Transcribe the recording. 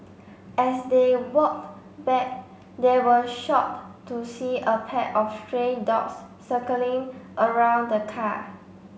as they walked back they were shocked to see a pack of stray dogs circling around the car